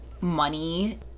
money